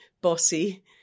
bossy